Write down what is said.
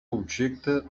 objecte